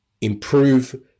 improve